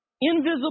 Invisible